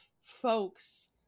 folks